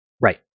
Right